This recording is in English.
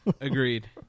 Agreed